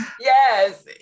yes